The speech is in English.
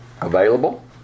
Available